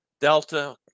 Delta